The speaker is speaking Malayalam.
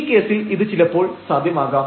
ഈ കേസിൽ ഇത് ചിലപ്പോൾ സാധ്യമാകാം